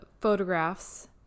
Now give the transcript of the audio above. photographs